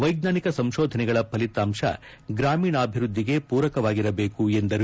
ವೈಜ್ಞಾನಿಕ ಸಂಶೋಧನೆಗಳ ಫಲಿತಾಂಶ ಗ್ರಾಮೀಣಾಭಿವೃದ್ದಿಗೆ ಪೂರಕವಾಗಿರಬೇಕು ಎಂದರು